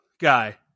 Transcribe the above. guy